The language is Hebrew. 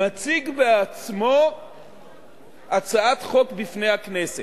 מציג בעצמו הצעת חוק בפני הכנסת.